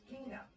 kingdom